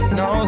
no